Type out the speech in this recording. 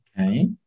Okay